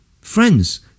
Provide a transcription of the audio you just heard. Friends